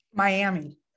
Miami